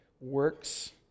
works